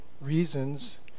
reasons